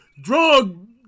drug